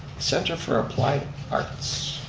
center for applied arts.